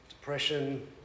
depression